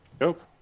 Nope